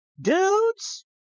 Dudes